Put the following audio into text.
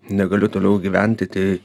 negaliu toliau gyventi tai